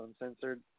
uncensored